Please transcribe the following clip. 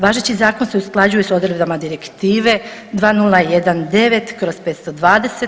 Važeći zakon se usklađuje s odredbama Direktive 2019/